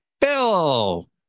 bill